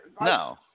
No